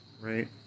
right